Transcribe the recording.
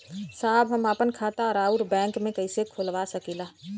साहब हम आपन खाता राउर बैंक में कैसे खोलवा सकीला?